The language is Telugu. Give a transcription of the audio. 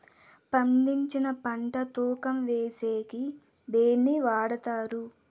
పండించిన పంట తూకం వేసేకి దేన్ని వాడతారు?